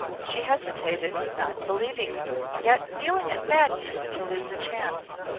she hesitated not believing him, yet feeling it madness to lose a chance.